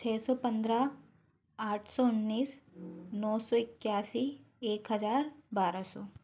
छः सौ पंद्रह आठ सौ उन्नीस नौ सौ इक्यासी एक हज़ार बारह सौ